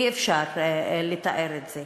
אי-אפשר לתאר את זה.